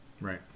Right